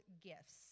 gifts